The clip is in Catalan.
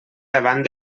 davant